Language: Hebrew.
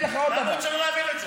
למה הוא צריך להעביר את זה?